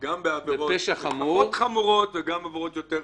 גם בעבירות פחות חמורות וגם בעבירות יותר חמורות.